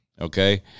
Okay